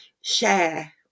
share